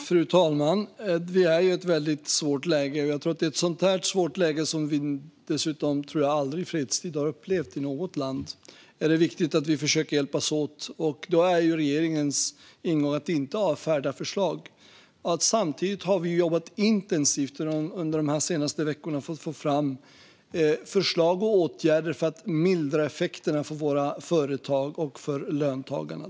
Fru talman! Vi är i ett väldigt svårt läge. Jag tror att det i ett så här svårt läge, som vi dessutom aldrig, tror jag, har upplevt i något land i fredstid, är viktigt att vi försöker hjälpas åt. Då är regeringens ingång att inte avfärda förslag. Samtidigt har vi under de senaste veckorna jobbat intensivt för att få fram förslag och åtgärder för att mildra effekterna för våra företag och för löntagarna.